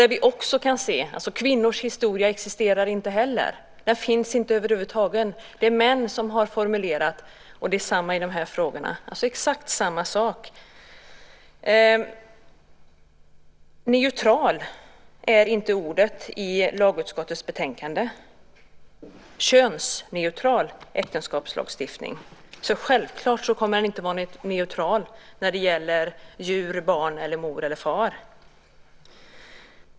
Vi kan också se att inte heller kvinnors historia existerar. Den finns över huvud taget inte. Det är män som har formulerat. På samma sätt är det i de här frågorna - det är exakt samma sak. "Neutral" är inte ordet i lagutskottets betänkande, utan det handlar om "könsneutral" äktenskapslagstiftning. Självklart kommer lagstiftningen inte att vara neutral när det gäller djur, barn, mor eller far.